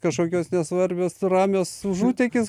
kažkokios nesvarbios ramios užutėkis